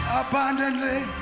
abundantly